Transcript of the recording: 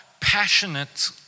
passionate